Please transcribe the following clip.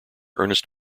ernest